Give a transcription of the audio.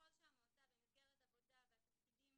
ככל שהמועצה במסגרת עבודה והתפקידים